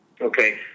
Okay